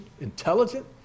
intelligent